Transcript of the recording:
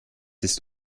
ist